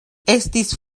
estis